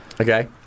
Okay